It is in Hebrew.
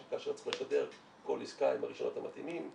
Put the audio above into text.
כאשר צריך לשדר כל עסקה עם הרישיונות המתאימים,